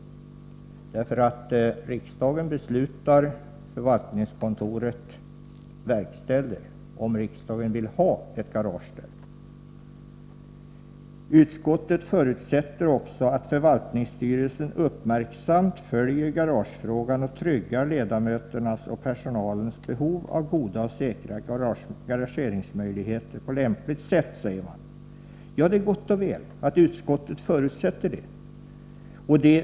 Riksdagen beslutar och förvaltningskontoret verkställer, om riksdagen vill ha ett garage på den angivna platsen. ”Utskottet förutsätter att förvaltningsstyrelsen uppmärksamt följer garagefrågan och tryggar ledamöternas och personalens behov av goda och säkra garageringsmöjligheter på lämpligaste sätt”, säger man. Ja, det är gott och väl att utskottet förutsätter det.